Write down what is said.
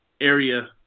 area